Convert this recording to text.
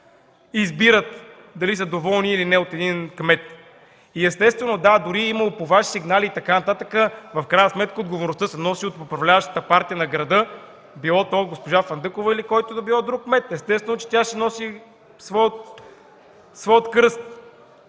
избират дали са доволни или не от един кмет. И естествено, дори по Ваши сигнали и така нататък е имало, но в крайна сметка отговорността се носи от управляващата партия на града – било то от госпожа Фандъкова, или който и да било друг кмет. Естествено, че тя си носи своя кръст.